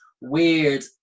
weird